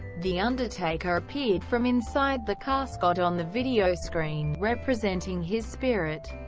the undertaker appeared from inside the casket on the video screen, representing his spirit,